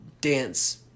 dance